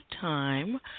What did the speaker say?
time